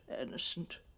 innocent